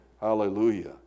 Hallelujah